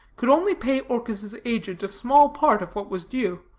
could only pay orchis' agent a small part of what was due,